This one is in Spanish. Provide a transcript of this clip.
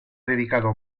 dedicado